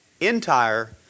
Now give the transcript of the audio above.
entire